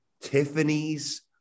Tiffany's